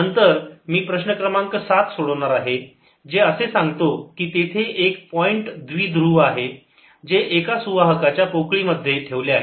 नंतर मी प्रश्न क्रमांक सात सोडवणार आहे जे असे सांगते की तेथे एक पॉईंट द्विध्रुव आहे जे एका सुवाहका च्या पोकळीमध्ये ठेवले आहे